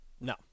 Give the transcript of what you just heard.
No